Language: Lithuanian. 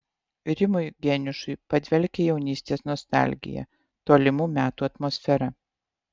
rimui geniušui padvelkia jaunystės nostalgija tolimų metų atmosfera